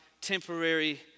temporary